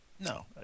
No